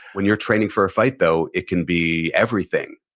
when you're training for a fight though, it can be everything.